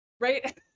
right